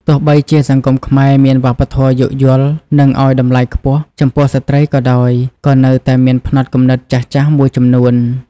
ទោះបីជាសង្គមខ្មែរមានវប្បធម៌យោគយល់ និងឲ្យតម្លៃខ្ពស់ចំពោះស្ត្រីក៏ដោយ ក៏នៅតែមានផ្នត់គំនិតចាស់ៗមួយចំនួន។